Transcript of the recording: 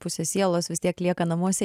pusė sielos vis tiek lieka namuose